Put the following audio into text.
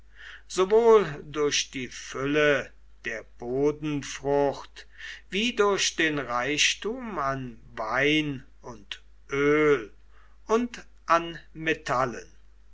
sowohl durch die fülle der bodenfrucht wie durch den reichtum an wein und öl und an metallen